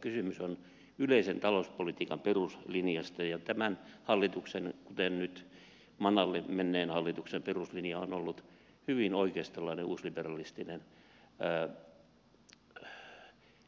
kysymys on yleisen talouspolitiikan peruslinjasta ja tämän hallituksen kuten nyt manalle menneen hallituksen peruslinja on ollut hyvin oikeistolainen uusliberalistinen